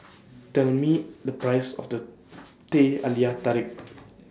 Tell Me The Price of The Teh Halia Tarik